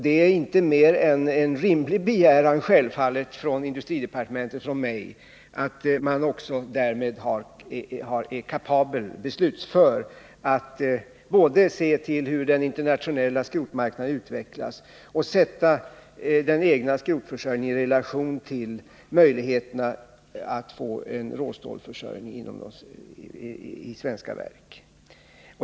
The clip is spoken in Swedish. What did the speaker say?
Det är inte mer än en rimlig begäran av industridepartementet och mig att de då också är beslutföra när det gäller både att se till hur den internationella skrotmarknaden utvecklas och när det gäller att sätta den egna skrotförsörjningen i relation till möjligheterna att få råstålsförsörjning i svenska verk.